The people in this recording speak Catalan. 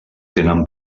tenen